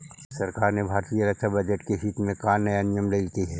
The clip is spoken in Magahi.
सरकार ने भारतीय रक्षा बजट के हित में का नया नियम लइलकइ हे